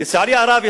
לצערי הרב,